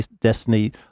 destiny